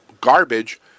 garbage